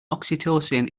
oxytocin